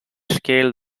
scale